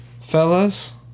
fellas